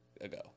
ago